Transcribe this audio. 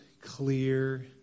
clear